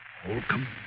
Holcomb